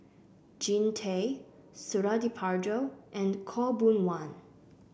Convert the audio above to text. Jean Tay Suradi Parjo and Khaw Boon Wan